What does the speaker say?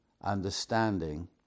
understanding